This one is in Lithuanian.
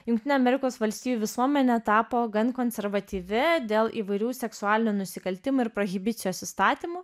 jungtinių amerikos valstijų visuomenė tapo gan konservatyvi dėl įvairių seksualinių nusikaltimų ir prohibicijos įstatymų